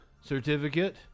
Certificate